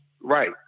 right